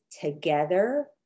together